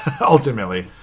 ultimately